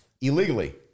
Illegally